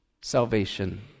salvation